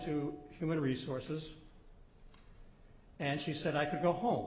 to human resources and she said i could go home